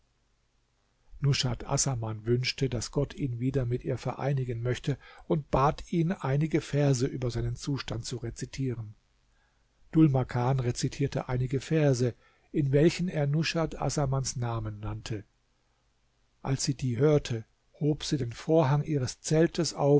nushat assaman wünschte daß gott ihn wieder mit ihr vereinigen möchte und bat ihn einige verse über seinen zustand zu rezitieren dhul makan rezitierte einige verse in welchen er nushat assamans namen nannte als sie die hörte hob sie den vorhang ihres zeltes